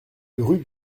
rue